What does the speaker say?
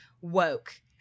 woke